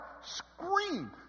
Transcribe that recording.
Scream